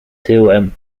tyłem